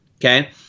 okay